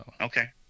Okay